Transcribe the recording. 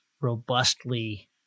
robustly